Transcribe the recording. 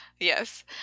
Yes